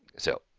so,